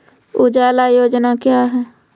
उजाला योजना क्या हैं?